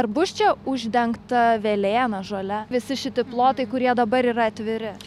ar bus čia uždengta velėna žole visi šitie plotai kurie dabar yra atviri